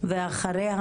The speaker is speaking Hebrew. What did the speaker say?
ואחריה